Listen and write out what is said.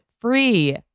free